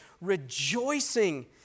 rejoicing